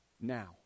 now